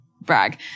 brag